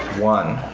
one